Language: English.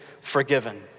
forgiven